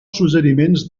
suggeriments